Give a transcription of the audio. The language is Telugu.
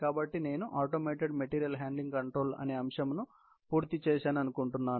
కాబట్టి నేను ఆటోమేటెడ్ మెటీరియల్ హ్యాండ్లింగ్ కంట్రోల్ అనే అంశంను పూర్తి చేశాననుకుంటున్నాను